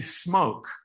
smoke